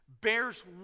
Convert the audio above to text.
bears